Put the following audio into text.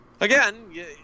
again